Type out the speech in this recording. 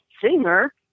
singer